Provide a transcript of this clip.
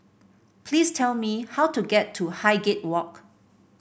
please tell me how to get to Highgate Walk